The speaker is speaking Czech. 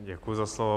Děkuji za slovo.